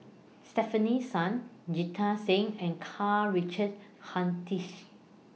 Stefanie Sun Jita Singh and Karl Richard Hanitsch